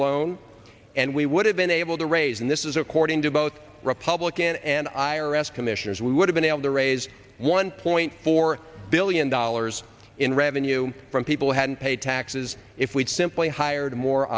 alone and we would have been able to raise and this is according to both republican and i r s commissioners we would have been able to raise one point four billion dollars in revenue from people who hadn't paid taxes if we'd simply hired more